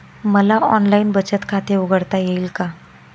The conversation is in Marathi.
मला ऑनलाइन बचत खाते उघडता येईल का?